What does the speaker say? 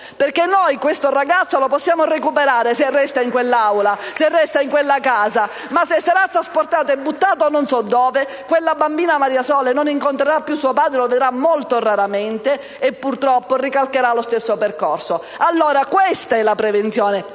ha già il destino segnato. Noi potremo recuperare quel ragazzo se resterà in quella casa, ma se sarà trasportato e buttato non so dove, quella bambina, Maria Sole, non incontrerà più suo padre o lo vedrà molto raramente, e purtroppo ricalcherà lo stesso percorso. Allora, questa è la prevenzione;